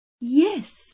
Yes